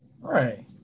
Right